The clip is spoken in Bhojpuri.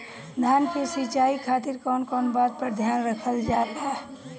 धान के सिंचाई खातिर कवन कवन बात पर ध्यान रखल जा ला?